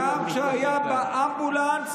גם כשהיה באמבולנס,